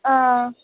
आं